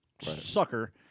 sucker